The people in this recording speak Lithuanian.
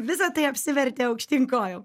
visa tai apsivertė aukštyn kojom